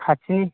खाथिनि